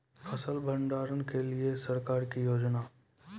फसल भंडारण के लिए सरकार की योजना?